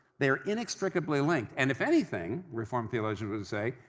they are inextricably linked. and if anything, reformed theologians would say,